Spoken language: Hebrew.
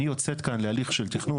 אני יוצאת כאן להליך של תכנון,